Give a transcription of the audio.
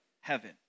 heaven